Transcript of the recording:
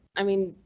i mean,